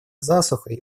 засухой